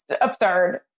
absurd